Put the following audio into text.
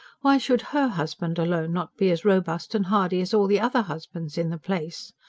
why should her husband alone not be as robust and hardy as all the other husbands in the place?